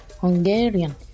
Hungarian